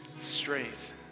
strength